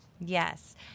Yes